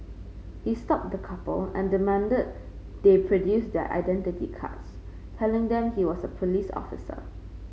he stopped the couple and demanded they produce their identity cards telling them he was a police officer